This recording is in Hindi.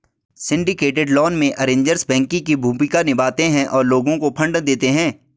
सिंडिकेटेड लोन में, अरेंजर्स बैंकिंग की भूमिका निभाते हैं और लोगों को फंड देते हैं